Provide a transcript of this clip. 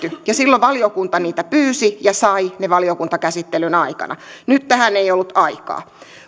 tehty silloin valiokunta niitä pyysi ja sai ne valiokuntakäsittelyn aikana nyt tähän ei ollut aikaa